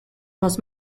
was